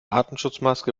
atemschutzmaske